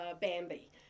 Bambi